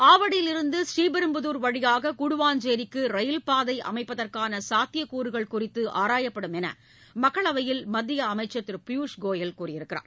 ஆவடியிலிருந்து ப்ரீபெரும்புதுர் வழியாககூடுவாஞ்சேரிக்குரயில்பாதைஅமைப்பதற்கானசாத்தியக்கூறுகள் குறித்துஆராயப்படு வ என்றுமக்களவையில் மத்தியஅமைச்சர் திருபியூஷ் கோயல் கூறினார்